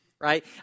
right